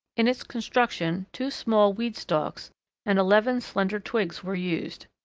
in its construction two small weed stalks and eleven slender twigs were used.